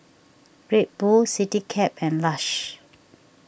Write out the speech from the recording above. Red Bull CityCab and Lush